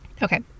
Okay